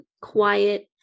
quiet